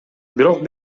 бирок